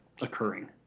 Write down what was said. occurring